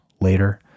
later